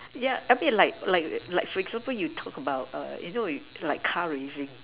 yeah a bit like like like for example you talk about err you know it like car racing